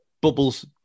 Bubbles